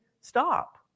stop